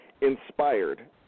inspired